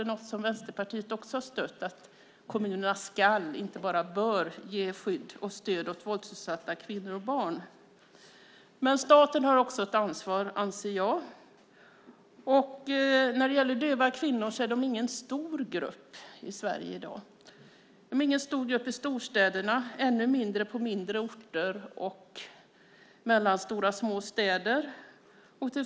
Även Vänsterpartiet anser att kommunerna ska, inte bara bör, ge skydd och stöd åt våldsutsatta kvinnor och barn. Men jag anser att också staten har ett ansvar. När det gäller döva kvinnor är det inte någon stor grupp i Sverige i dag. Det är inte någon stor grupp i storstäderna, och gruppen är ännu mindre på mindre orter samt mellanstora och små städer.